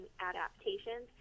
adaptations